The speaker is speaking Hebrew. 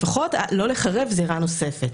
לפחות לא לחרב זירה נוספת.